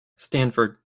stanford